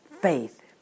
faith